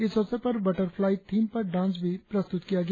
इस अवसर पर बटरफ्लाई थीम पर डांस भी प्रस्तुत किया गया